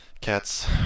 cats